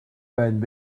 байна